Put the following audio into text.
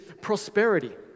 prosperity